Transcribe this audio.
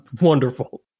Wonderful